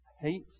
hate